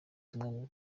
bwo